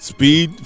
Speed